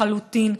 לחלוטין.